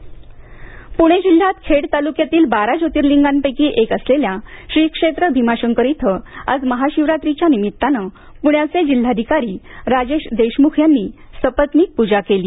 भीमाशंकर प्णे जिल्ह्यात खेड तालुक्यातील बारा ज्योतिर्लिंगांपैकी एक असलेल्या श्री क्षेत्र भीमाशंकर इथं आज महाशिवरात्रीच्या निमित्तानं पूण्याचे जिल्हाधिकारी राजेश देशुमख यांनी सपत्नीक पूजा केली